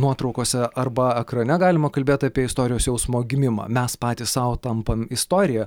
nuotraukose arba ekrane galima kalbėt apie istorijos jausmo gimimą mes patys sau tampam istorija